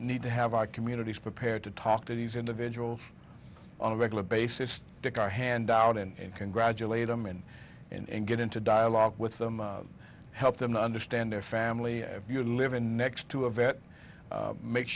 need to have our communities prepared to talk to these individuals on a regular basis pick our hand out in congratulate them and and get into dialogue with them help them understand their family if you're living next to a vet make